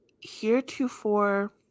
heretofore